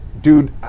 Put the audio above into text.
Dude